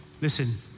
Listen